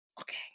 Okay